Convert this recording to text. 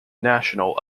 national